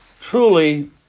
Truly